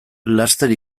laster